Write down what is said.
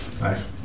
Nice